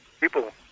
People